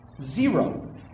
Zero